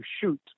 shoot